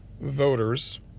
voters